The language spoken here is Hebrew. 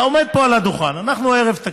אתה עומד פה על הדוכן, אנחנו ערב תקציב,